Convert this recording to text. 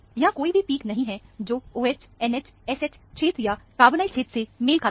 यहां कोई भी पिक नहीं है जो OH NH SH क्षेत्र या कार्बोनाइल क्षेत्र से मेल खाता हो